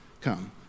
come